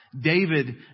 David